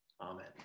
Amen